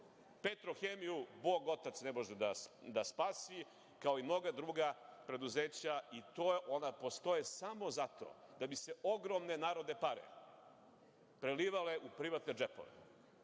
„Petrohemiju“ bog otac ne može da spasi, kao i mnoga druga preduzeća i ona postoje samo zato da bi se ogromne narodne pare prelivale u privatne džepove,